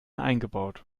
eingebaut